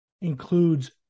includes